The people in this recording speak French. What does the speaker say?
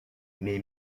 mes